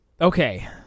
okay